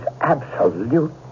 absolute